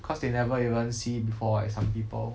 cause they never even see it before eh some people